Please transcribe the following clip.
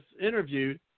interviewed